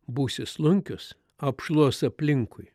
būsi slunkius apšluos aplinkui